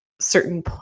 certain